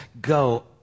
go